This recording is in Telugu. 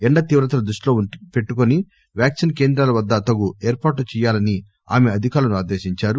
ఎండ తీవ్రతను దృష్టిలో పెట్టుకుని వ్యాక్సిన్ కేంద్రాల వద్ద తగు ఏర్పాట్లు చేయాలని ఆమె అధికారులను ఆదేశించారు